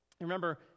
Remember